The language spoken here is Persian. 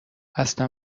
اصلا